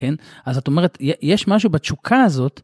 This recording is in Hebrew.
כן? אז זאת אומרת, יש משהו בתשוקה הזאת...